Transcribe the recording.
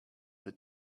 that